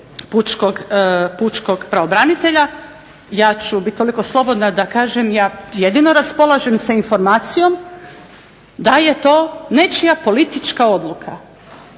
pučkog pravobranitelja, ja ću biti toliko slobodna da kažem ja jedino raspolažem sa informacijom da je to nečija politička odluka,